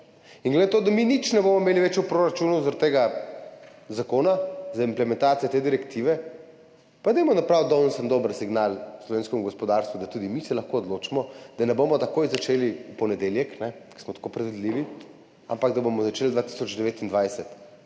In glede na to, da mi nič ne bomo imeli več v proračunu zaradi tega zakona za implementacijo te direktive, pa dajmo napraviti danes en dober signal slovenskemu gospodarstvu, da se tudi mi lahko odločimo, da ne bomo takoj začeli v ponedeljek, ker smo tako predvidljivi, ampak da bomo začeli 2029.